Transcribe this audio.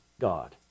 God